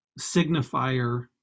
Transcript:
signifier